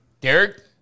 Derek